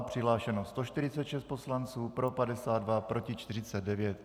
Přihlášeno 146 poslanců, pro 52, proti 49.